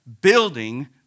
building